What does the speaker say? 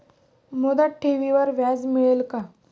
मुदत ठेवीवर व्याज मिळेल का?